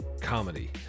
comedy